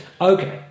Okay